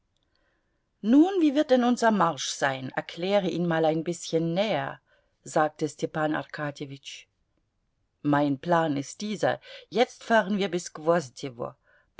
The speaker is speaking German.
nun wie wird denn unser marsch sein erkläre ihn mal ein bißchen näher sagte stepan arkadjewitsch mein plan ist dieser jetzt fahren wir bis